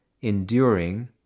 enduring